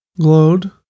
Glowed